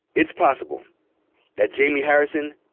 it's possible that jaime harrison,